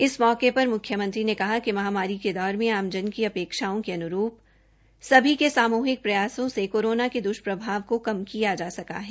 इस मौके पर मुख्यमंत्री ने कहा कि महामारी के दौर मे आमजन की अपेक्षाओं के अन्रूप सभी के सामूहिक प्रवासों ने कोरोना के द्वष्प्रभावों को कम किया जा सका है